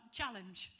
challenge